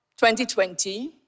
2020